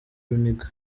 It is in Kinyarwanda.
runiga